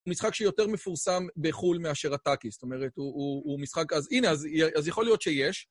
משחק שיותר מפורסם בחול מאשר הטאקי. זאת אומרת, הוא משחק, אז הנה, אז יכול להיות שיש.